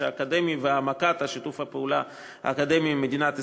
האקדמי והעמקת שיתוף הפעולה האקדמי עם מדינת ישראל.